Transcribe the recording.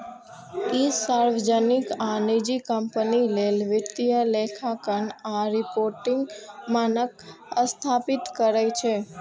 ई सार्वजनिक आ निजी कंपनी लेल वित्तीय लेखांकन आ रिपोर्टिंग मानक स्थापित करै छै